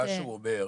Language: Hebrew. מה שהוא אומר,